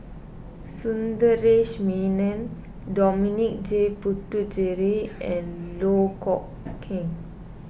Sundaresh Menon Dominic J Puthucheary and Loh Kok Heng